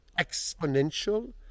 exponential